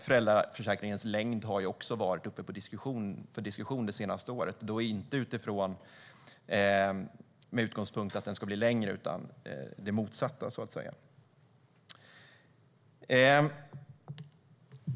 Föräldraförsäkringens längd har också varit uppe till diskussion det senaste året, och då inte med utgångspunkten att den ska bli längre utan det motsatta, så att säga.